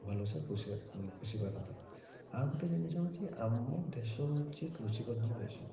ଭଲସେ ପୋଷି ପୋଷିପାରନ୍ତା ଆଉ ଗୋଟେ ଜିନିଷ ହେଉଛି ଆମ ଦେଶ ହେଉଛି କୃଷି ପ୍ରଧାନ ଦେଶ